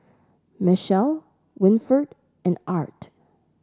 Mechelle Winford and Art